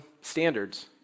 standards